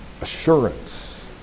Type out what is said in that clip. assurance